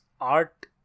art